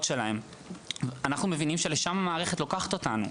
שלהם אנחנו מבינים שלשם המערכת לוקחת אותנו.